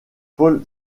paul